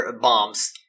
bombs